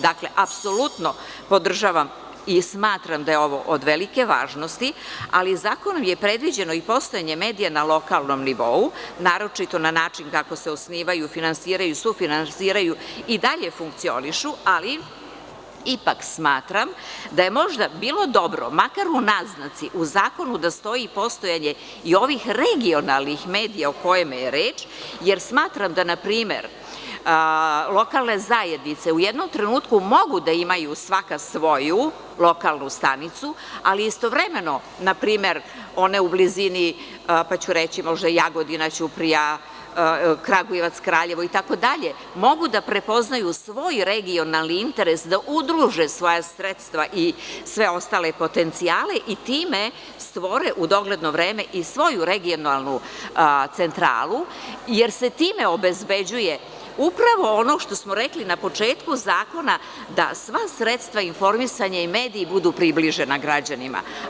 Dakle, apsolutno podržavam i smatram da je ovo od velike važnosti, ali zakonom je predviđeno i postojanje medija na lokalnom nivou, naročito način kako se osnivaju, finansiraju i sufinansiraju, i dalje funkcionišu, ali ipak smatram da je možda bilo dobro, makar i u naznaci, u zakonu da stoji postojanje i ovih regionalnih medija o kojima je reč, jer smatram da, na primer, lokalne zajednice u jednom trenutku mogu da imaju svaka svoju lokalnu stanicu, ali istovremeno, na primer, one u blizini, pa ću reći Jagodina, Ćuprija, Kragujevac, Kraljevo itd, mogu da prepoznaju svoj regionalni interes, da udruže svoja sredstva i sve ostale potencijale i time stvore u dogledno vreme i svoju regionalnu centralu, jer se time obezbeđuje upravo ono što smo rekli na početku zakona, da sva sredstva informisanja i mediji budu približena građanima.